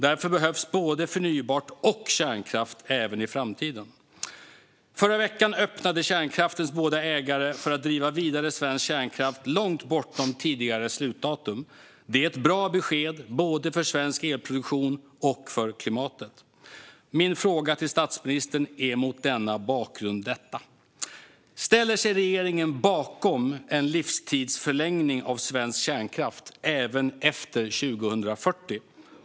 Därför behövs både förnybart och kärnkraft även i framtiden. Förra veckan öppnade kärnkraftens båda ägare för att driva svensk kärnkraft vidare långt bortom tidigare slutdatum. Detta är ett bra besked, både för svensk elproduktion och för klimatet. Min fråga till statsministern är mot denna bakgrund: Ställer sig regeringen bakom en livstidsförlängning av svensk kärnkraft även efter 2040?